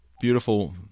beautiful